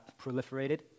proliferated